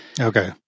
Okay